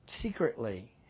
secretly